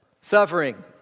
Suffering